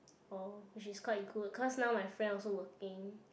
orh which is quite cool cause now my friend also working